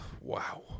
Wow